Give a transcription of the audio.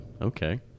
Okay